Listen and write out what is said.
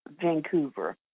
Vancouver